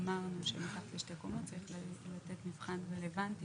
אמרנו ש- -- לשתי קומות צריך לתת מבחן רלוונטי